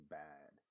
bad